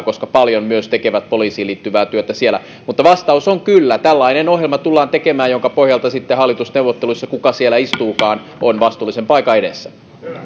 koska he paljon tekevät poliisiin liittyvää työtä myös siellä mutta vastaus on kyllä tällainen ohjelma tullaan tekemään jonka pohjalta sitten hallitusneuvotteluissa se joka siellä istuukaan on vastuullisen paikan edessä